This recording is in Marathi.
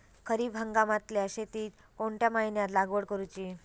खरीप हंगामातल्या शेतीक कोणत्या महिन्यात लागवड करूची?